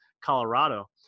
colorado